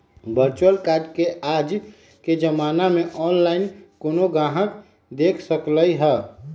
virtual card के आज के जमाना में ऑनलाइन कोनो गाहक देख सकलई ह